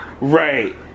Right